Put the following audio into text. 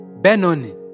Benoni